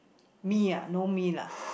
me ah no me lah